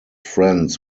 friends